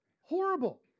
horrible